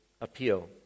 appeal